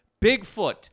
Bigfoot